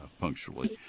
punctually